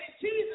Jesus